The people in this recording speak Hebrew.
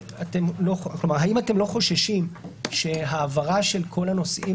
האם אתם לא חוששים שהעברה של כל הנושאים